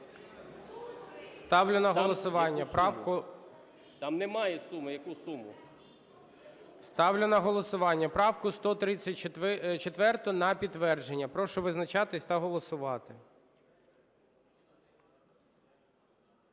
Ставлю на голосування правку 134 на підтвердження. Прошу визначатись та голосувати.